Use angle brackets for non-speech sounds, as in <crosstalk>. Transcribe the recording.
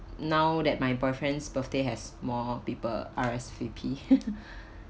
now that my boyfriend's birthday has more people R_S_V_P <laughs>